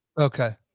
Okay